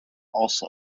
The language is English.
also